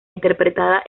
interpretada